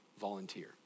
volunteer